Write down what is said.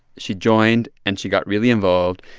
she joined, and she got really involved.